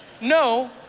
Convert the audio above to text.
no